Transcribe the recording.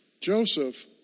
Joseph